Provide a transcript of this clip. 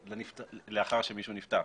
לאחר שמישהו נפטר.